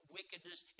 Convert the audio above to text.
wickedness